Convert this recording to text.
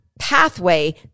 pathway